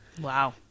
Wow